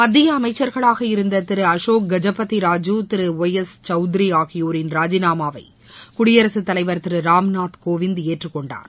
மத்திய அமைச்சர்களாக இருந்த திரு அசோக் கஜபதி ராஜு திரு ஒய் எஸ் சவுத்ரி ஆகியோரின் ராஜினாமாவை குடியரசுத் தலைவர் திரு ராம்நாத் கோவிந்த் ஏற்றுக் கொண்டார்